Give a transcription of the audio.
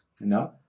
no